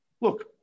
Look